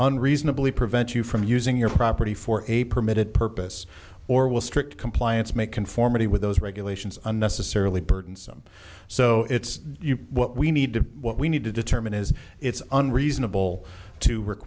unreasonably prevent you from using your property for a permitted purpose or will strict compliance make conformity with those regulations unnecessarily burdensome so it's what we need to do what we need to determine is it's unreasonable to work